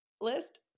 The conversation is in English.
list